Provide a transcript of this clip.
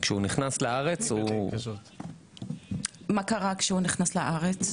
מה קרה כשהוא נכנס לארץ?